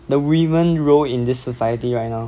the women role in this society right now